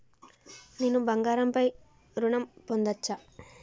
నేను బంగారం పై ఋణం పొందచ్చా?